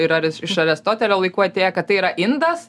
yra iš aristotelio laikų atėję kad tai yra indas